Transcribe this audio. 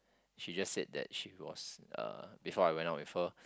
she just said that she was uh before I went out with her